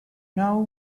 know